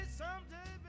someday